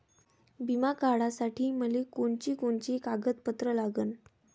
बिमा काढासाठी मले कोनची कोनची कागदपत्र लागन?